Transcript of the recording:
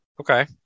Okay